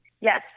Yes